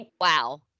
Wow